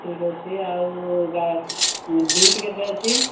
ଠିକ୍ ଅଛି ଆଉ ବିଟ୍ ଅଛି